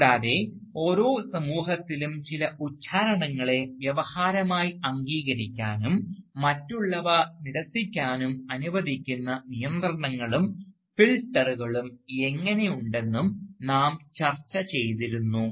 കൂടാതെ ഓരോ സമൂഹത്തിലും ചില ഉച്ചാരണങ്ങളെ വ്യവഹാരമായി അംഗീകരിക്കാനും മറ്റുള്ളവ നിരസിക്കാനും അനുവദിക്കുന്ന നിയന്ത്രണങ്ങളും ഫിൽട്ടറുകളും എങ്ങനെ ഉണ്ടെന്നും നാം ചർച്ച ചെയ്തിരുന്നു